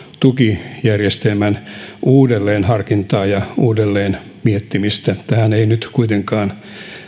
tukijärjestelmän uudelleenharkintaa ja uudelleen miettimistä tähän ei nyt kuitenkaan